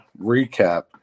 recap